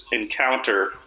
encounter